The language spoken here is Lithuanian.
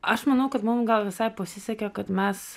aš manau kad mum gal visai pasisekė kad mes